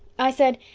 i said,